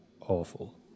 awful